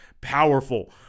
powerful